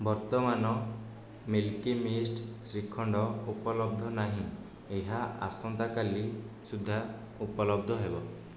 ବର୍ତ୍ତମାନ Milky Mist shrikhand ଉପଲବ୍ଧ ନାହିଁ ଏହା ଆସନ୍ତାକାଲି ସୁଦ୍ଧା ଉପଲବ୍ଧ ହେବ